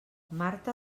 marta